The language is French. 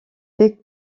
fait